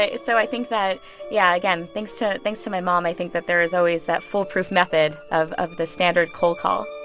ah so i think that yeah, again, thanks to thanks to my mom, i think that there is always that foolproof method of of the standard cold call